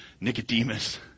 Nicodemus